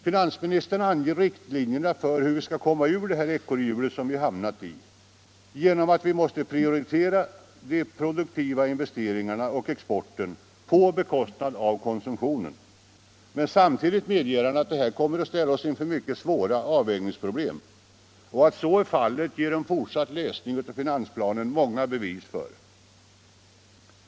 Finansministern anger riktlinjerna för hur vi skall komma ur detta ekorrhjul som vi hamnat i — genom att vi måste prioritera de produktiva investeringarna och exporten på bekostnad av konsumtionen. Samtidigt medger han att detta kommer att ställa oss inför mycket svåra avvägningsproblem. Att så är fallet ger en fortsatt läsning av finansplanen många bevis för.